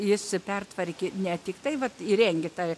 jis pertvarkė ne tiktai vat įrengė tą